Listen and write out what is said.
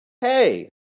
hey